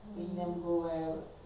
when is your next off day